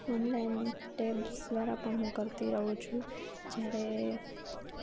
online tabs દ્વારા પણ હું કરતી રહું છું જ્યારે